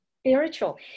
spiritual